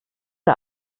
der